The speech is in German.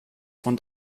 von